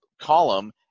column